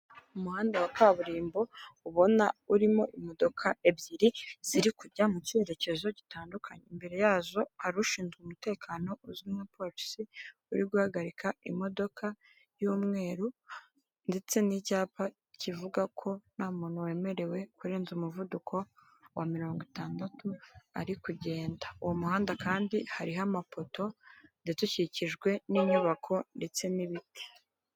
Umuhanda wa kaburimbo ubona urimo imodoka ebyiri ziri kujya mu cyerekezo gitandukanye imbere yazo hari ushinzwe umutekano uzwi nka' polisi uri guhagarika imodoka y'umweru ndetse n'icyapa kivuga ko nta muntu wemerewe kurenza umuvuduko wa mirongo itandatu ari kugenda, uwo muhanda kandi hariho amapoto ndetse ukikijwe n'inyubako ndetse n'ibiti.